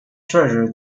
treasure